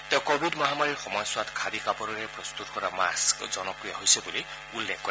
তেওঁ কোৱিড মহামাৰীৰ সময়ছোৱাত খাদী কাপোৰেৰে প্ৰস্তত কৰা মাস্থ জনপ্ৰিয় হৈছে বুলি উল্লেখ কৰে